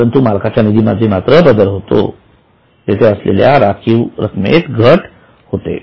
परंतु मालकांच्या निधी मध्ये बदल होतो तेथे असलेल्या राखीव रक्कमेत घट होते